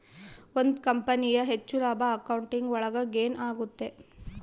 ಒಂದ್ ಕಂಪನಿಯ ಹೆಚ್ಚು ಲಾಭ ಅಕೌಂಟಿಂಗ್ ಒಳಗ ಗೇನ್ ಆಗುತ್ತೆ